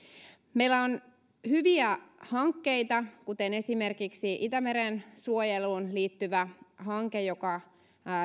meillä on hyviä hankkeita kuten esimerkiksi itämeren suojeluun liittyvä hanke joka